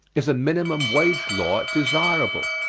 is a minimum wage law desirable?